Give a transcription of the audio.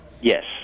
Yes